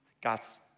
God's